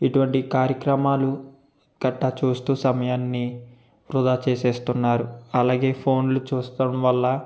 ఇటువంటి కార్యక్రమాలు కట్టా చూస్తూ సమయాన్ని వృధా చేసేస్తున్నారు అలాగే ఫోన్లు చూస్తాం వల్ల